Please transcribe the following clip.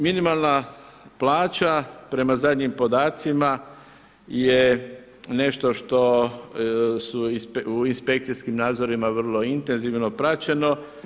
Minimalna plaća prema zadnjim podacima je nešto što su u inspekcijskim nadzorima vrlo intenzivno praćeno.